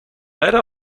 ladder